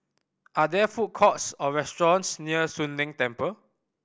are there food courts or restaurants near Soon Leng Temple